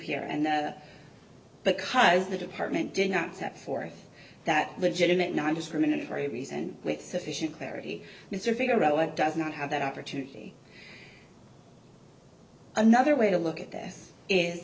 here and because the department did not set forth that legitimate nondiscriminatory reason with sufficient clarity mr fieger relic does not have that opportunity another way to look at this is